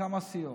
כמה סיעות.